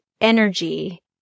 energy